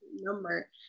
number